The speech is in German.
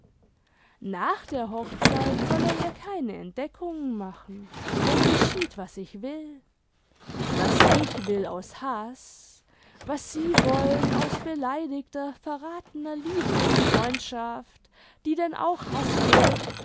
nach der hochzeit soll er ihr keine entdeckungen machen wenn geschieht was ich will was ich will aus haß was sie wollen aus beleidigter verrathener liebe und freundschaft die denn auch haß wird